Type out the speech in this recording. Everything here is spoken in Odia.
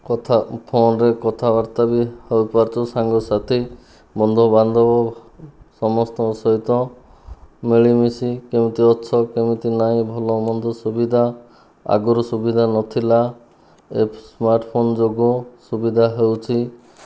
କଥା ଫୋନ୍ ରେ କଥାବାର୍ତ୍ତା ବି ହୋଇପାରୁଛୁ ସାଙ୍ଗସାଥି ବନ୍ଧୁବାନ୍ଧବ ସମସ୍ତଙ୍କ ସହିତ ମିଳିମିଶି କେମିତି ଅଛ କେମିତି ନାହିଁ ଭଲମନ୍ଦ ସୁବିଧା ଆଗରୁ ସୁବିଧା ନଥିଲା ଏବେ ସ୍ମାର୍ଟ ଫୋନ୍ ଯୋଗୁ ସୁବିଧା ହେଉଛି